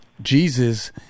jesus